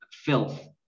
filth